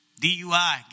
DUI